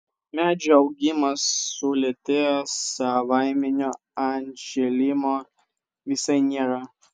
medžių augimas sulėtėja savaiminio atžėlimo visai nėra